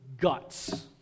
guts